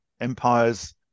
Empire's